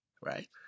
right